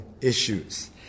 issues